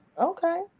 Okay